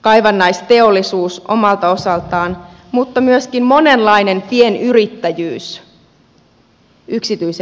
kaivannaisteollisuus omalta osaltaan mutta myöskin monenlainen pienyrittäjyys yksityisellä sektorilla